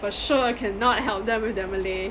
for sure cannot help them with their malay